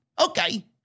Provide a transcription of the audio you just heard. Okay